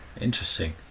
Interesting